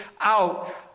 out